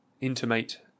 intimate